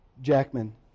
Jackman